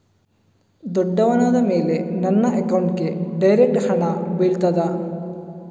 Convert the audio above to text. ದೊಡ್ಡವನಾದ ಮೇಲೆ ನನ್ನ ಅಕೌಂಟ್ಗೆ ಡೈರೆಕ್ಟ್ ಹಣ ಬೀಳ್ತದಾ?